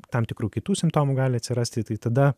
tam tikrų kitų simptomų gali atsirasti tai tada